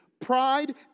Pride